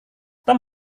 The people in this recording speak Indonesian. tom